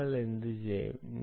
നിങ്ങൾ എന്തുചെയ്യും